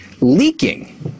leaking